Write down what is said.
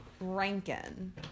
Rankin